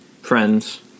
friends